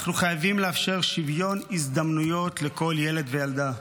אנחנו חייבים לאפשר שוויון הזדמנויות לכל ילד וילדה.